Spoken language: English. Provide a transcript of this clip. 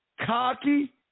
Cocky